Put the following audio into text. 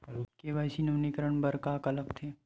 KYC नवीनीकरण बर का का लगथे?